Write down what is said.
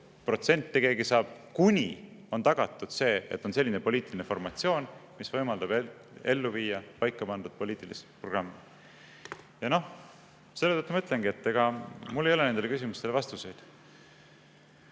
protsente keegi saab, kuni on tagatud see, et on selline poliitiline formatsioon, mis võimaldab ellu viia paika pandud poliitilist programmi. Selle tõttu ma ütlengi, et ega mul ei ole nendele küsimustele vastuseid.